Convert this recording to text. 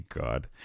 god